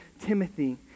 Timothy